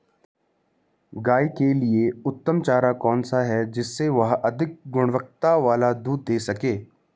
गाय के लिए उत्तम चारा कौन सा है जिससे वह अधिक गुणवत्ता वाला दूध दें सके?